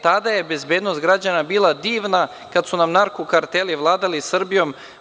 Tada je bezbednost građana bila divna kada su nam narko karteli vladali Srbijom.